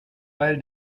weil